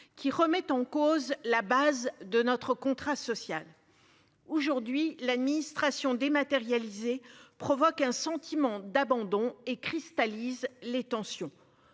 qui remettent en cause la base de notre contrat social. Aujourd'hui l'administration dématérialisée provoque un sentiment d'abandon et cristallise les tensions.